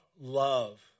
love